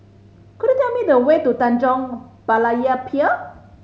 could you tell me the way to Tanjong Berlayer Pier